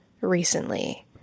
recently